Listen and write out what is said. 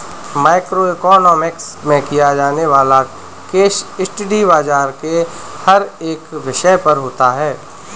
micro economics में किया जाने वाला केस स्टडी बाजार के हर एक विषय पर होता है